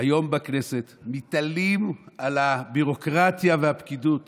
היום בכנסת מתעלים מעל הביורוקרטיה והפקידות